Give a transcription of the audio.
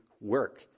Work